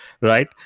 Right